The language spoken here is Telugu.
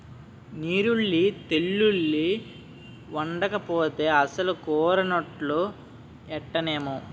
నీరుల్లి తెల్లుల్లి ఓడకపోతే అసలు కూర నోట్లో ఎట్టనేం